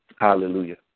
Hallelujah